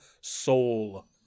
Soul